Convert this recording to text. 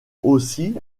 aussi